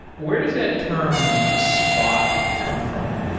where does that term spot come from?